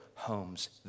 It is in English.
Homes